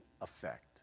effect